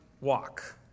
walk